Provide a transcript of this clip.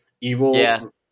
evil